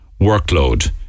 workload